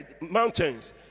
mountains